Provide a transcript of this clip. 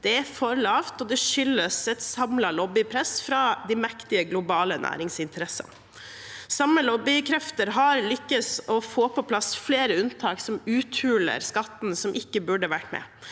Det er for lavt, og det skyldes et samlet lobbypress fra de mektige globale næringsinteressene. De samme lobbykreftene har lykkes med å få på plass flere unntak som uthuler skatten og ikke burde vært med.